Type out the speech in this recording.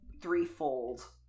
threefold